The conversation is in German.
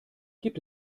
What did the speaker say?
gibt